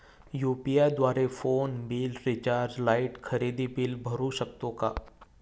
UPI द्वारे phone bill, recharge, light, खरेदी bill भरू शकतो का?